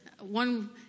one